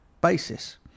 basis